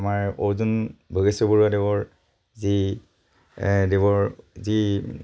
আমাৰ অৰ্জুন ভোগেশ্বৰ বৰুৱাদেৱৰ যি দেৱৰ যি